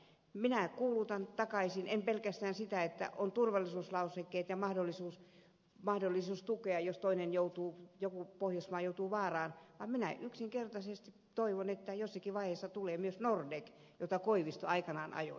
minä kuulutan takaisin en pelkästään sitä että on turvallisuuslausekkeet ja mahdollisuus tukea jos joku toinen pohjoismaa joutuu vaaraan vaan minä yksinkertaisesti toivon että jossakin vaiheessa tulee myös nordek jota koivisto aikanaan ajoi